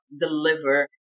deliver